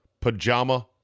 pajama